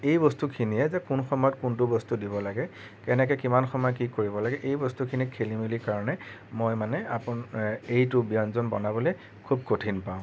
এই বস্তুখিনিয়ে যে কোন সময়ত কোনটো বস্তু দিব লাগে কেনেকৈ কিমান সময় কি কৰিব লাগে এই বস্তখিনি খেলিমেলিৰ কাৰণে মই মানে এইটো ব্যঞ্জন বনাবলৈ খুউব কঠিন পাওঁ